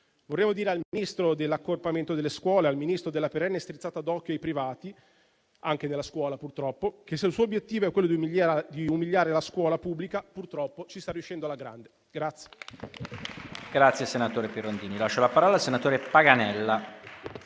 Vorremmo dire al Ministro dell'accorpamento delle scuole, al Ministro della perenne strizzata d'occhio ai privati, che è anche Ministro della scuola, purtroppo, che, se il suo obiettivo è quello di umiliare la scuola pubblica, purtroppo ci sta riuscendo alla grande.